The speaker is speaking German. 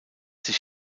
sich